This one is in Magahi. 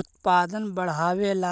उत्पादन बढ़ावेला